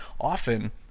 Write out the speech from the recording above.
often